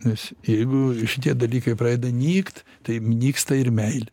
nes jeigu šitie dalykai pradeda nykt tai nyksta ir meilė